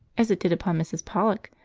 as it did upon mrs. pollock,